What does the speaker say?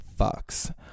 fucks